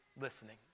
listening